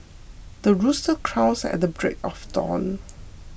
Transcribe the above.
the rooster crows at the break of dawn